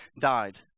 died